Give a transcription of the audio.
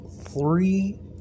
three